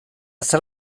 zer